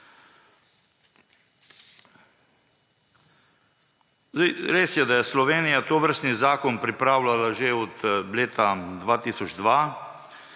res je, da je Slovenija tovrstni zakon pripravljala že od leta 2002,